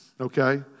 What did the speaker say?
Okay